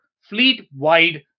fleet-wide